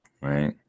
Right